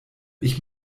ich